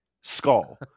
skull